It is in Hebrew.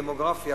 דמוגרפי,